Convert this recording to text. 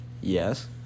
Yes